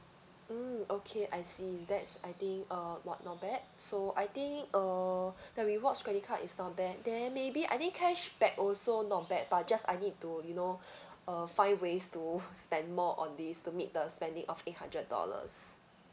mm okay I see that's I think uh what not bad so I think uh the rewards credit card is not bad then maybe I think cashback also not bad but just I need to you know uh find ways to spend more on this to meet the spending of eight hundred dollars